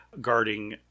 guarding